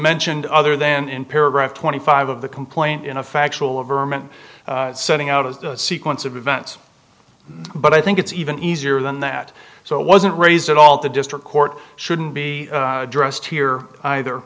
mentioned other than in paragraph twenty five of the complaint in a factual of ermine setting out a sequence of events but i think it's even easier than that so it wasn't raised at all the district court shouldn't be addressed here either